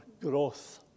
growth